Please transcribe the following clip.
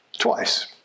twice